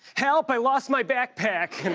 help, i lost my backpack! and